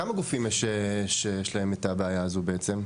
כמה גופים יש שיש להם את הבעיה הזו בעצם?